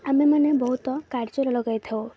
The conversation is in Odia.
ଆମେମାନେ ବହୁତ କାର୍ଯ୍ୟର ଲଗାଇଥାଉ